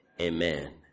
Amen